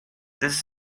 this